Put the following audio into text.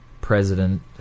president